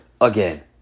again